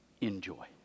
enjoy